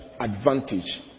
Advantage